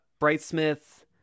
Brightsmith